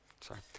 sorry